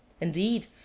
Indeed